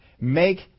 Make